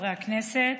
חברי הכנסת,